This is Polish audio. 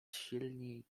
silniej